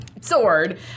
Sword